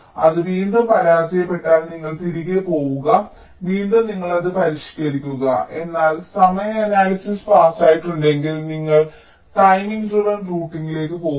അത് വീണ്ടും പരാജയപ്പെട്ടാൽ നിങ്ങൾ തിരികെ പോകുക വീണ്ടും നിങ്ങൾ അത് പരിഷ്ക്കരിക്കുക എന്നാൽ സമയ അനാലിസിസ് പാസായിട്ടുണ്ടെങ്കിൽ നിങ്ങൾ ടൈമിംഗ് ഡ്രൈവ് റൂട്ടിംഗിലേക്ക് പോകുക